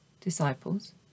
disciples